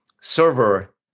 server